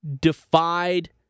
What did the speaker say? defied